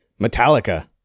Metallica